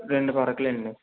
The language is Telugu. రెండు పరకలండి